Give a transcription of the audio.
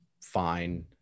fine